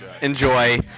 Enjoy